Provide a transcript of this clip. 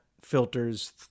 filters